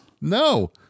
No